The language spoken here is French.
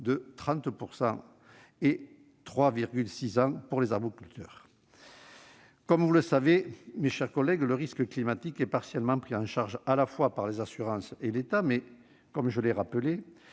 de 30 % tous les 3,6 ans. Comme vous le savez, mes chers collègues, le risque climatique est partiellement pris en charge à la fois par les assurances et par l'État. Mais, comme je l'ai rappelé,